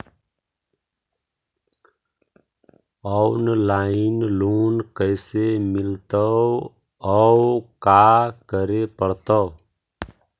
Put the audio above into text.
Online loan कैसे मिलतै औ का करे पड़तै?